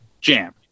jam